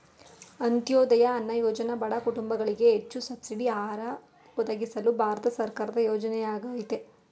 ಅಂತ್ಯೋದಯ ಅನ್ನ ಯೋಜನೆ ಬಡ ಕುಟುಂಬಗಳಿಗೆ ಹೆಚ್ಚು ಸಬ್ಸಿಡಿ ಆಹಾರ ಒದಗಿಸಲು ಭಾರತ ಸರ್ಕಾರದ ಯೋಜನೆಯಾಗಯ್ತೆ